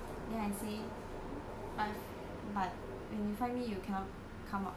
but but when you find me you cannot come up to my place also [what]